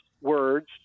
words